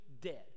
dead